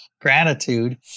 gratitude